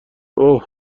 اوه